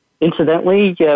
incidentally